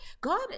God